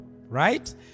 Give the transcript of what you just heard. right